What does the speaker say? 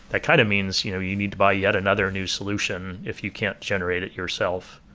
that kind of means you know you need to buy yet another new solution if you can't generate it yourself.